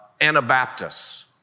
Anabaptists